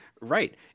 right